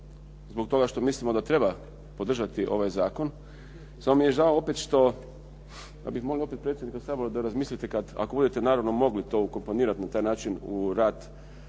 zbog toga što mislimo da treba podržati ovaj zakon, samo mi je žao opet što, pa bih molio opet predsjednika Sabora da razmislite kad, ako budete naravno mogli to ukomponirati na taj način u rad